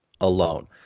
alone